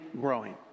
growing